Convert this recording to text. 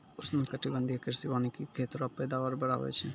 उष्णकटिबंधीय कृषि वानिकी खेत रो पैदावार बढ़ाबै छै